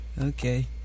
Okay